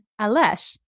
Alesh